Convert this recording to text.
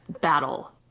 battle